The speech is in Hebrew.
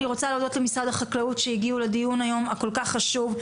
אני רוצה להודות למשרד החקלאות שהגיעו לדיון היום הכול כך חשוב.